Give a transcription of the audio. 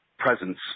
Presence